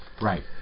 Right